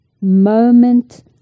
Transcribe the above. moment